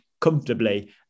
comfortably